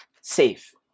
safe